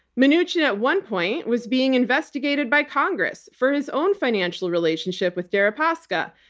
mnuchin at one point was being investigated by congress for his own financial relationship with deripaska,